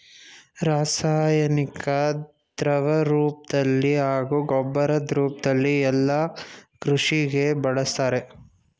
ರಾಸಾಯನಿಕನ ದ್ರವರೂಪ್ದಲ್ಲಿ ಹಾಗೂ ಗೊಬ್ಬರದ್ ರೂಪ್ದಲ್ಲಿ ಯಲ್ಲಾ ಕೃಷಿಗೆ ಬಳುಸ್ತಾರೆ